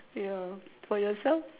ya for yourself